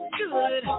good